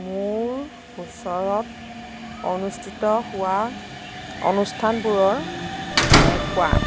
মোৰ ওচৰত অনুষ্ঠিত হোৱা অনুষ্ঠানবোৰৰ বিষয়ে কোৱা